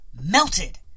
Melted